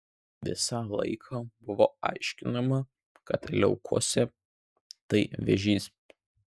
visą laiką buvo aiškinama kad leukozė tai vėžys